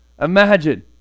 Imagine